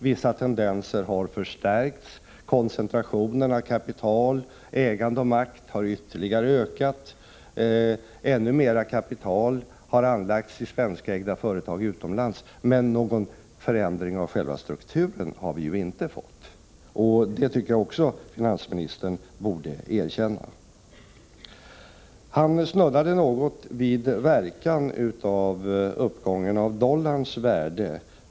Vissa tendenser har förstärkts, koncentrationen av kapital, ägande och makt har ytterligare ökat och ännu mera kapital har anlagts i svenskägda företag utomlands. Men någon förändring av själva strukturen har vi inte fått. Jag tycker att finansministern borde erkänna det. Finansministern snuddade något vid verkan av uppgången av dollarns värde.